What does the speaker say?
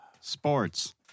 Sports